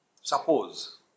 Suppose